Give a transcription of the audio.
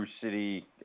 city